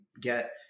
get